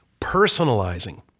personalizing